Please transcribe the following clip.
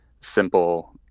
simple